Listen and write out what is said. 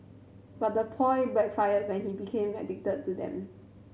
but the ploy backfired when he became addicted to them